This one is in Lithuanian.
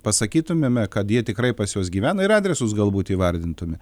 pasakytumėme kad jie tikrai pas juos gyvena ir adresus galbūt įvardintume